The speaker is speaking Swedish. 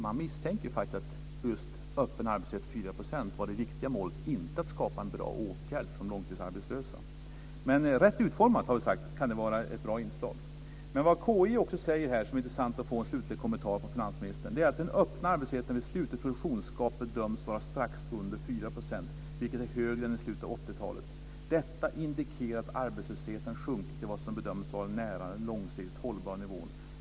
Man misstänker faktiskt att just en öppen arbetslöshet på 4 % var det viktiga målet, inte att skapa en bra åtgärd för de långtidsarbetslösa. Men rätt utformad kan den vara ett bra inslag, har vi sagt. Men vad KI också säger, som är intressant att få en slutlig kommentar om från finansministern, är att den öppna arbetslösheten vid ett slutet produktionsgap bedöms vara strax under 4 %, vilket är högre än i slutet av 80-talet. Detta indikerar att arbetslösheten har sjunkit till vad som bedöms vara nära den långsiktigt hållbara nivån.